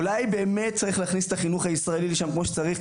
אולי באמת צריך להכניס את החינוך הישראלי לשם כמו שצריך,